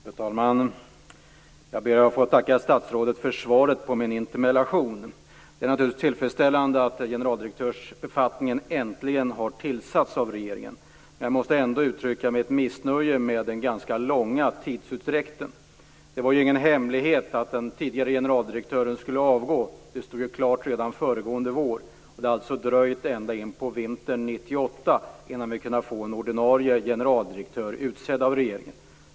Fru talman! Jag ber att få tacka statsrådet för svaret på min interpellation. Det är naturligtvis tillfredsställande att generaldirektörsbefattningen äntligen har tillsatts av regeringen. Men jag måste ändå uttrycka mitt missnöje med den ganska långa tidsutdräkten. Det var ju ingen hemlighet att den tidigare generaldirektören skulle avgå. Det stod ju klart redan föregående vår. Det har alltså dröjt ända in på vintern 1998 innan vi kunnat få en ordinarie generaldirektör utsedd av regeringen.